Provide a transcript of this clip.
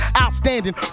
Outstanding